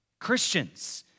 Christians